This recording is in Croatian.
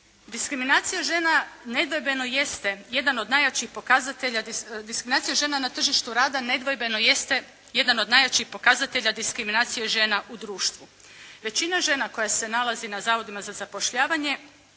diskriminacija žena na tržištu rada nedvojbeno jeste jedan od najjačih pokazatelja diskriminacije žena u društvu. Većina žena koje se nalaze na zavodima za zapošljavanje